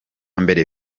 mbere